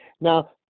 Now